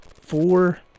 four